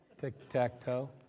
Tic-tac-toe